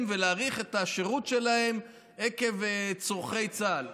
ולהאריך את השירות שלהם עקב צורכי צה"ל.